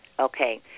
Okay